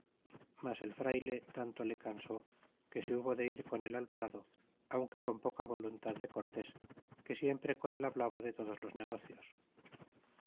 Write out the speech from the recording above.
mas el frayle tanto le cansó que se hubo de ir con el alvarado aunque con poca voluntad de cortés que siempre con él hablaba de todos los negocios